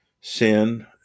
sin